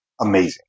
amazing